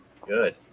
Good